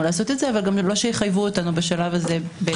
לעשות את זה אבל גם לא שיחייבו אותנו בשלב הזה.